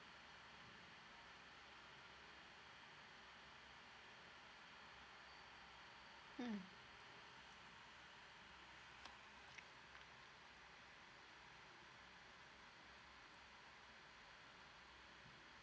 mm